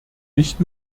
nicht